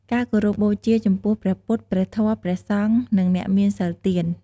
ការគោរពបូជាចំពោះ ព្រះពុទ្ធ ព្រះធម៌ ព្រះសង្ឃ និងអ្នកមានសីលទាន។